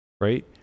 right